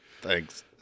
Thanks